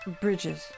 Bridges